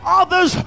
others